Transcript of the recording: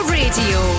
radio